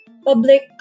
public